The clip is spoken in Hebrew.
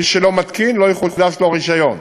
מי שלא מתקין, לא יחודש לו רישיון,